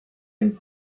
and